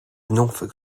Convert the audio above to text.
norfolk